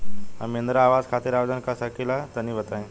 हम इंद्रा आवास खातिर आवेदन कर सकिला तनि बताई?